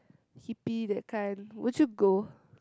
hippie that kind would you go